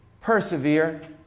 Persevere